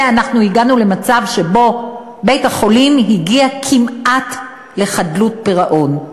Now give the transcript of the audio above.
ובמקום זה אנחנו הגענו למצב שבו בית-החולים הגיע כמעט לחדלות פירעון.